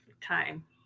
time